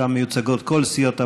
שם מיוצגות כל סיעות הבית,